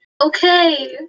okay